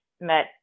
met